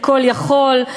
לכול יכול,